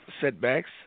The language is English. setbacks